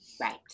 Right